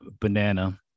banana